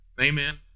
Amen